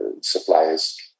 suppliers